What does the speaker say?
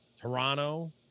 Toronto